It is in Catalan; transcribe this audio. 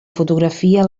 fotografia